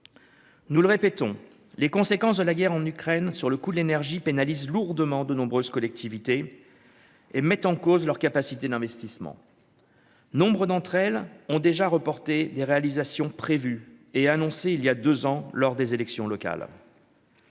nous le répétons, les conséquences de la guerre en Ukraine sur le coût de l'énergie pénalise lourdement de nombreuses collectivités et mettent en cause leur capacité d'investissement. Nombre d'entre elles ont déjà reporté des réalisations prévu et annoncé il y a 2 ans, lors des élections locales.